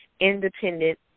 independent